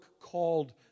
called